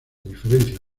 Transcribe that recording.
diferencia